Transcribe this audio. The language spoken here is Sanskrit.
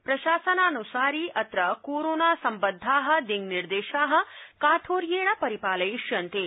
प्रशासनानुसारि अत्र कोरोना सम्बद्धा दिनिर्देशा काठोयेंण परिपालयिष्यन्ते